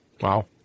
Wow